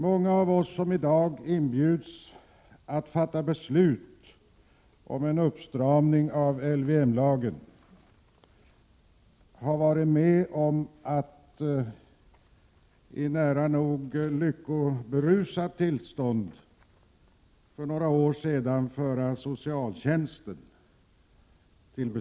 Många av oss som i dag inbjuds att fatta beslut om en uppstramning av LVM-lagen var med om att i nära nog lyckoberusat tillstånd för några år sedan besluta om socialtjänsten.